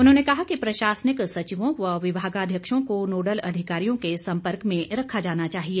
उन्होंने कहा कि प्रशासनिक सचिवों व विभागाध्यक्षों को नोडल अधिकारियों के सम्पर्क में रखा जाना चाहिए